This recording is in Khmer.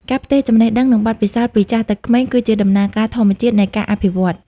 ការផ្ទេរចំណេះដឹង និងបទពិសោធន៍ពីចាស់ទៅក្មេង គឺជាដំណើរការធម្មជាតិនៃការអភិវឌ្ឍ។